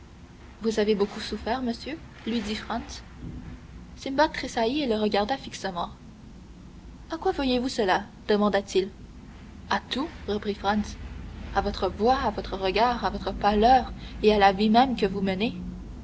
vous avez beaucoup souffert monsieur lui dit franz simbad tressaillit et le regarda fixement à quoi voyez-vous cela demanda-t-il à tout reprit franz à votre voix à votre regard à votre pâleur et à la vie même que vous menez